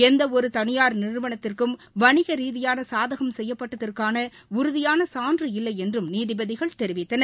எந்த ஒரு தனியார் நிறுவனத்திற்கும் வணிக ரீதியான சாதகம் செய்யப்பட்டதற்கான உறுதியான சான்று இல்லையென்றும் நீதிபதிகள் தெரிவித்தனர்